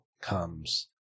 comes